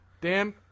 dan